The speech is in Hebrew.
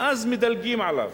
ואז מדלגים עליו.